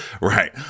right